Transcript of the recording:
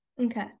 okay